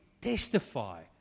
testify